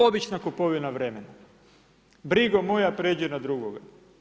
Obična kupovina vremena, brigo moja pređi na drugoga.